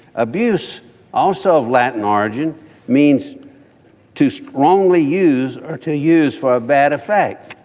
abuse also of latin origin means to strongly use are to use for a bad effect.